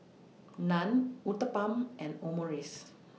Naan Uthapam and Omurice